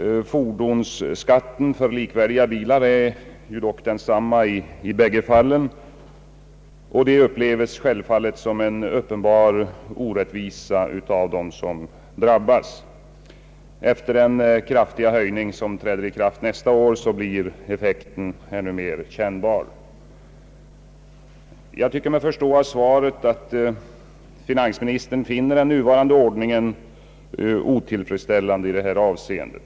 Fordonsskatten för likvärdiga bilar är dock densamma i båda fallen, och det uppleves självfallet som en uppenbar orättvisa av dem som drabbas. Efter den kraftiga höjning som träder i kraft nästa år blir effekten ännu mer kännbar. Jag tycker mig förstå av svaret att finansministern finner den nuvarande ordningen otillfredsställande i detta avseende.